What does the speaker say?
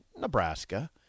Nebraska